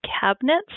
cabinets